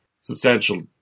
substantial